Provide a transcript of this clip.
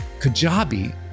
Kajabi